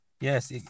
Yes